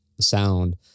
sound